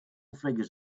figures